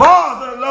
Father